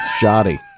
Shoddy